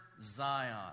Zion